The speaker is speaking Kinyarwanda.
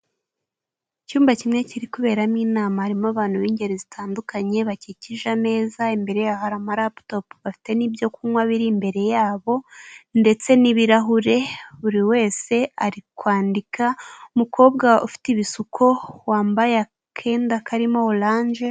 Icyumba kimwe kiri kuberamo inama harimo abantu b'ingeri zitandukanye, bakikije ameza imbere ya hamari amaraputopu bafite n'ibyo kunywa biri imbere yabo, ndetse n'ibirahure buri wese ari kwandika, umukobwa ufite ibisuko wambaye akenda karimo orange.